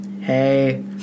hey